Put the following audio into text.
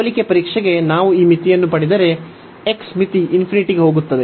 ಹೋಲಿಕೆ ಪರೀಕ್ಷೆಗೆ ನಾವು ಈ ಮಿತಿಯನ್ನು ಪಡೆದರೆ x ಮಿತಿ ∞ ಗೆ ಹೋಗುತ್ತದೆ